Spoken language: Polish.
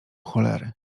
cholery